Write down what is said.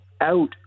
out